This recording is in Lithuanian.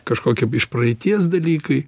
kažkoki iš praeities dalykai